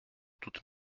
toute